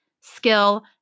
skill